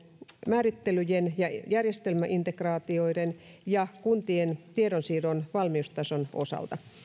määrittelyjen ja järjestelmäintegraatioiden ja kuntien tiedonsiirron valmiustason osalta